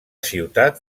ciutat